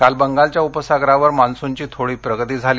काल बंगालच्या उपसागरावर मान्सूनची थोडी प्रगती झाली